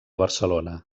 barcelona